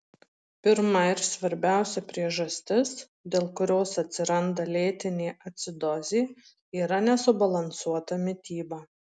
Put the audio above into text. pirma ir svarbiausia priežastis dėl kurios atsiranda lėtinė acidozė yra nesubalansuota mityba